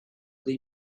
nei